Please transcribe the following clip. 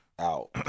Out